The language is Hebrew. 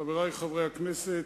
חברי חברי הכנסת,